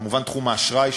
כמובן: תחום האשראי,